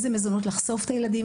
לאיזה מזונות לחשוף את הילדים,